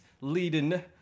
leading